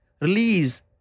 release